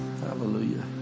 Hallelujah